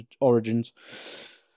Origins